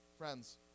Friends